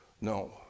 No